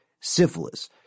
syphilis